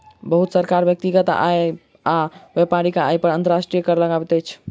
बहुत सरकार व्यक्तिगत आय आ व्यापारिक आय पर अंतर्राष्ट्रीय कर लगबैत अछि